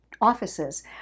offices